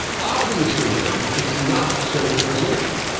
obviously, then, it's not socialization.